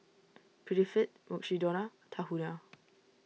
Prettyfit Mukshidonna Tahuna